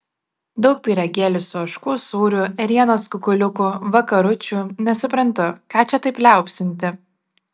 daug pyragėlių su ožkų sūriu ėrienos kukuliukų vakaručių nesuprantu ką čia taip liaupsinti